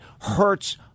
hurts